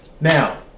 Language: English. Now